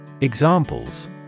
Examples